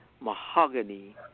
mahogany